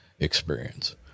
experience